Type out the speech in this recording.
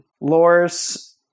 Loris